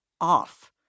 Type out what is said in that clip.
off